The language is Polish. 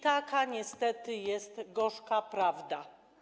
Taka niestety jest gorzka prawda.